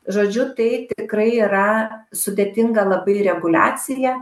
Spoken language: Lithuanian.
žodžiu tai tikrai yra sudėtinga labai reguliacija